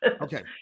okay